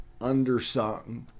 undersung